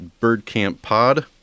birdcamppod